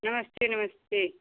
नमस्ते नमस्ते